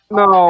no